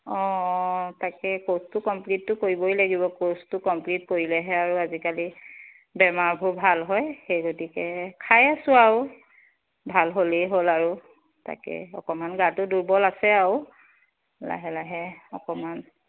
অ' তাকে ক'ৰ্চটো কম্প্লিট কৰিবই লাগিব ক'ৰ্চটো কম্প্লিট কৰিলেহে আজিকালি বেমাৰবোৰ ভাল হয় সেই গতিকে খাই আছোঁ আৰু ভাল হ'লেই হ'ল আৰু তাকে অকণমান গাটো দুৰ্বল আছে আৰু লাহে লাহে অকণমান